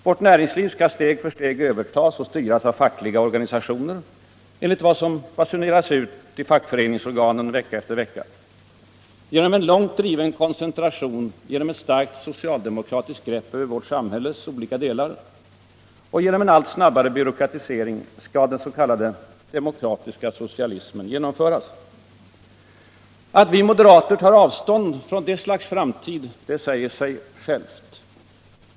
Vårt näringsliv skall steg för steg övertas och styras av fackliga organisationer, enligt vad som basuneras ut i fackföreningsorganen vecka efter vecka. Genom en långt driven koncentration, genom ett starkt socialdemokratiskt grepp över vårt samhälles olika delar och genom en allt snabbare byråkratisering skall den s.k. demokratiska socialismen genomföras. Att moderater tar avstånd från detta slags framtid säger sig självt.